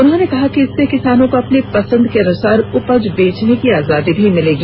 उन्होंने कहा कि इससे किसानों को अपनी पसंद के अनुसार उपज बेचने की आजादी मिलेगी